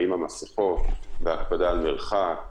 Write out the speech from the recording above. האם המסכות וההקפדה על מרחק,